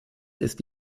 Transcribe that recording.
ist